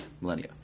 millennia